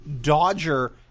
Dodger